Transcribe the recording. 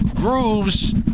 Grooves